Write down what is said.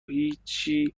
هیچی